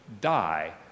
die